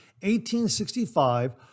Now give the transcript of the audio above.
1865